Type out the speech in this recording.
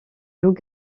loup